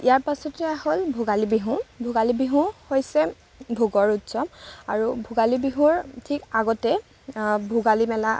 ইয়াৰ পাছতে হ'ল ভোগালী বিহু ভোগালী বিহু হৈছে ভোগৰ উৎসৱ আৰু ভোগালী বিহুৰ ঠিক আগতেই ভোগালী মেলা